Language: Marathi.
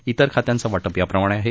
इतर खात्यांचं वा पि याप्रमाणे आहे